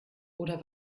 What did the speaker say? oder